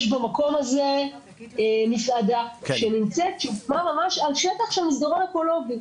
יש במקום הזה מסעדה שנמצאת ממש על שטח של מסדרון אקולוגי.